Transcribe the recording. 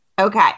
Okay